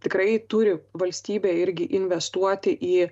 tikrai turi valstybė irgi investuoti į